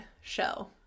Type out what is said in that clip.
show